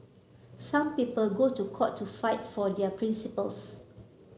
some people go to court to fight for their principles